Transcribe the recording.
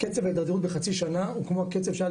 קצב ההתדרדרות בחצי שנה הוא כמו הקצב שהיה